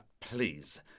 Please